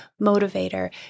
motivator